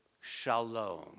shalom